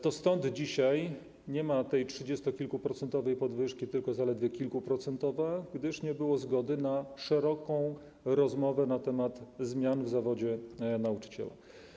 To dlatego dzisiaj nie ma tej trzydziestokilkuprocentowej podwyżki, jest zaledwie kilkuprocentowa, gdyż nie było zgody na szeroką rozmowę na temat zmian w zawodzie nauczyciela.